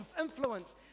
influence